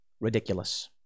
Ridiculous